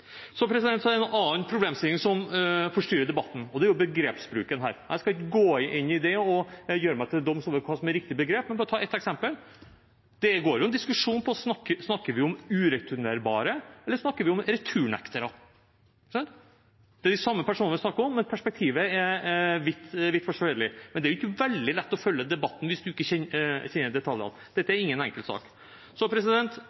Så er det en annen problemstilling som forstyrrer debatten, og det er begrepsbruken her. Jeg skal ikke gå inn i det og sette meg til doms over hva som er riktig begrep, men bare ta ett eksempel. Det pågår en diskusjon: Snakker vi om ureturnerbare, eller snakker vi om returnektere? Det er de samme personene vi snakker om, men perspektivet er vidt forskjellig. Det er jo ikke veldig lett å følge debatten hvis man ikke kjenner detaljene. Dette